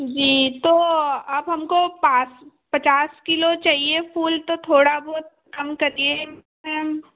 जी तो आप हमको पाच पचास किलो चाहिए फूल तो थोड़ा बहुत कम करिए मैम